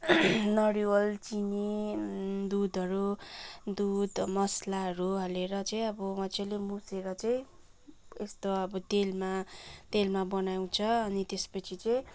नरिवल चिनी दुधहरू दुध मसलाहरू हालेर चाहिँ अब मज्जाले मुछेर चाहिँ यस्तो अब तेलमा तेलमा बनाउँछ अनि त्यसपछि चाहिँ